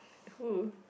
who